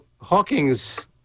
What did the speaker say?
Hawking's